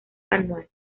anual